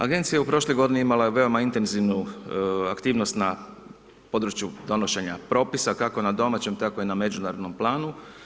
Agencija je u prošloj godini imala veoma intenzivnu aktivnost na području donošenja propisa kako na domaćem tako i na međunarodnom planu.